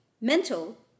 mental